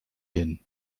hin